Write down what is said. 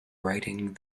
writing